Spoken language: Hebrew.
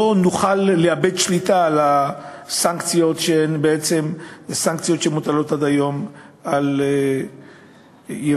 שנוכל לאבד שליטה על הסנקציות שבעצם מוטלות עד היום על איראן.